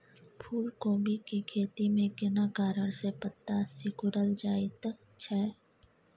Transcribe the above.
फूलकोबी के खेती में केना कारण से पत्ता सिकुरल जाईत छै?